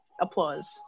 Applause